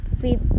fit